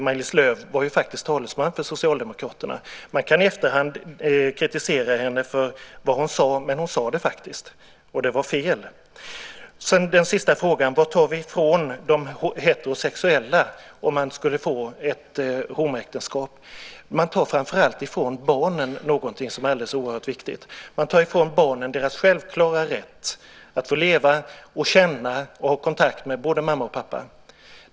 Maj-Lis Lööw var talesman för Socialdemokraterna. Man kan i efterhand kritisera henne för vad hon sade, men hon sade det faktiskt, och det var fel. Den sista frågan: Vad tar vi ifrån de heterosexuella om vi skulle acceptera ett homoäktenskap? Man tar framför allt ifrån barnen någonting som är alldeles oerhört viktigt. Man tar ifrån barnen deras självklara rätt att få leva, känna och ha kontakt med både mamma och pappa.